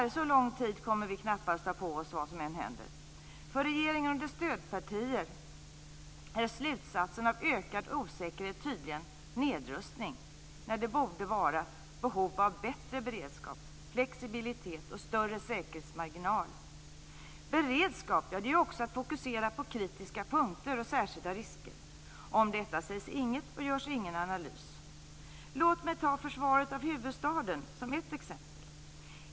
Men så lång tid kommer vi tyvärr knappast att ha på oss, vad som än händer. För regeringen och dess stödpartier är slutsatsen av ökad osäkerhet tydligen nedrustning, när det borde finnas behov av bättre beredskap, flexibilitet och större säkerhetsmarginal. Beredskap är också att fokusera på kritiska punkter och särskilda risker. Om detta sägs ingenting, och det görs ingen analys. Låt mig ta försvaret av huvudstaden som ett exempel.